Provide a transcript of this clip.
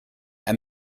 and